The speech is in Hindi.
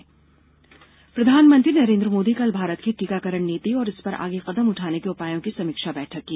टीकाकरण नीति समीक्षा प्रधानमंत्री नरेंद्र मोदी ने कल भारत की टीकाकरण नीति और इस पर आगे कदम उठाने के उपायों की समीक्षा बैठक की